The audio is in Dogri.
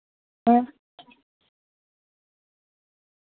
अं